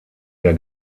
der